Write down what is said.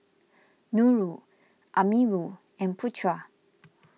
Nurul Amirul and Putra